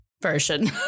version